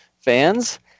fans